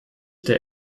der